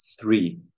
three